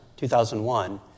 2001